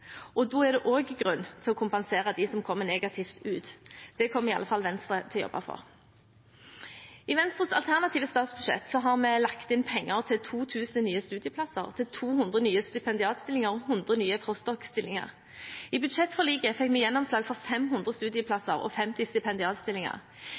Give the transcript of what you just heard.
og da er det også grunn til å kompensere dem som kommer negativt ut. Det kommer i alle fall Venstre til å jobbe for. I Venstres alternative statsbudsjett har vi lagt inn penger til 2 000 nye studieplasser, 200 nye stipendiatstillinger og 100 nye post doc.-stillinger. I budsjettforliket fikk vi gjennomslag for 500